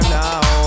now